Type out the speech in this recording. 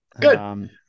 Good